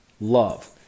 love